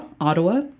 Ottawa